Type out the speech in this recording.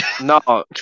No